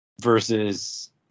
versus